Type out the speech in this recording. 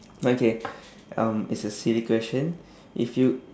okay um it's a silly question if you